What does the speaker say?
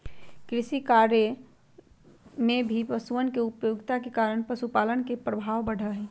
कृषिकार्य में भी पशुअन के उपयोगिता के कारण पशुपालन के प्रभाव बढ़ा हई